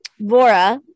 Vora